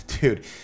Dude